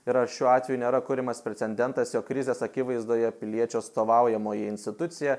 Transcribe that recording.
ir ar šiuo atveju nėra kuriamas precendentas jog krizės akivaizdoje piliečių atstovaujamoji institucija